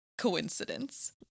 coincidence